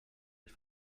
ens